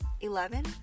Eleven